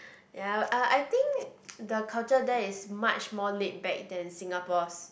ya I I think the culture there is much more laid back than Singapore's